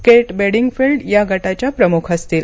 केट Weddingfield या गटाच्या प्रमुख असतील